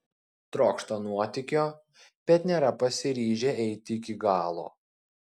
trokšta nuotykio bet nėra pasiryžę eiti iki galo